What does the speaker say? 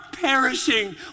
perishing